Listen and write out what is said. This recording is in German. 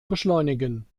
beschleunigen